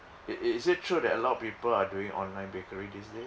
it it is it true that a lot of people are doing online bakery these days